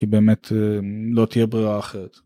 כי באמת לא תהיה ברירה אחרת.